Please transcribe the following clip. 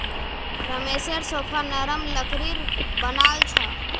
रमेशेर सोफा नरम लकड़ीर बनाल छ